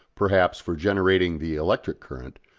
perhaps, for generating the electric current,